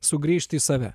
sugrįžt į save